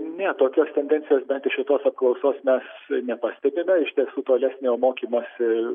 ne tokios tendencijos bent jau šitos apklausos mes nepastebime iš tiesų tolesnio mokymosi